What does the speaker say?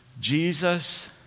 Jesus